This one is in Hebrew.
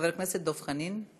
חבר הכנסת דב חנין,